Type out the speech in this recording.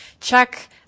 check